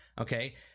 Okay